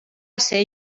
ser